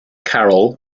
carol